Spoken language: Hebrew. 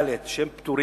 ד' שהם פטורים,